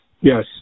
yes